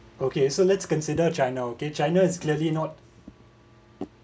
okay so let's consider china okay china is clearly not